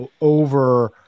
over